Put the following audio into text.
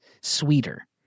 sweeter